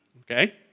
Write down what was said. Okay